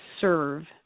serve